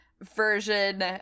version